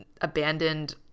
abandoned